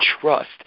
trust